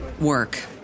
work